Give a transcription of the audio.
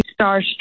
starstruck